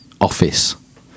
office